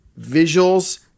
visuals